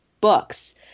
books